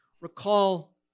Recall